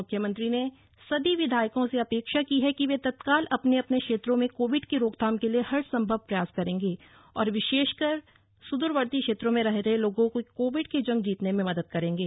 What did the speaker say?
मुख्यमंत्री ने सभी विधायको ं से अपेक्षा की है कि वे तत्काल अपने अपने क्षेत्रों में कोविड की रोकथाम के लिए हर सम्भव प्रयास करेंगे और विशेषकर सुदूरवर्ती क्षेत्रों में रह रहे लोगों को कोविड की जंग जीतने में मदद करेंगे